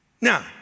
Now